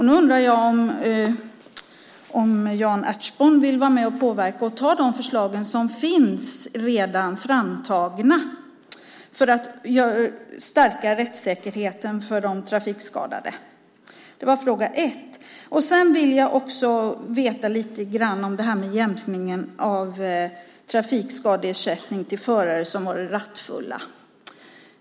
Nu undrar jag om Jan Ertsborn vill vara med och påverka och ta de förslag som redan finns framtagna för att stärka rättssäkerheten för de trafikskadade. Det var min första fråga. Sedan vill jag också veta lite grann om det här med jämkningen av trafikskadeersättning till förare som varit rattfulla.